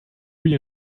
you